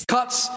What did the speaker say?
Cuts